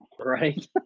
Right